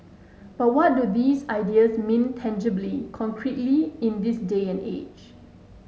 but what do these ideas mean tangibly concretely in this day and age